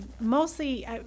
mostly